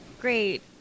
great